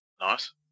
Nice